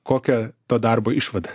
kokia to darbo išvada